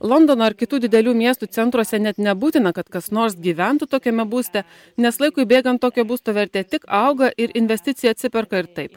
londono ar kitų didelių miestų centruose net nebūtina kad kas nors gyventų tokiame būste nes laikui bėgant tokio būsto vertė tik auga ir investicija atsiperka ir taip